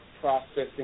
processing